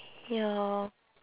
ya